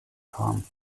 kam